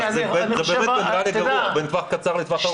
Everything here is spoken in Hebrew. זה באמת נראה לי בין טווח קצר לטווח ארוך.